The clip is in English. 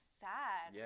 sad